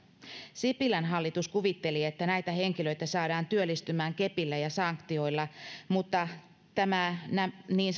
sipilän hallitus kuvitteli että näitä henkilöitä saadaan työllistymään kepillä ja sanktioilla mutta niin